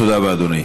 תודה רבה, אדוני.